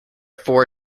four